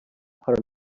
hot